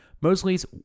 Mosley's